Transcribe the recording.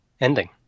ending